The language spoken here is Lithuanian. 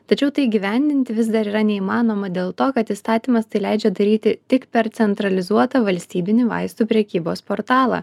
tačiau tai įgyvendinti vis dar yra neįmanoma dėl to kad įstatymas tai leidžia daryti tik per centralizuotą valstybinį vaistų prekybos portalą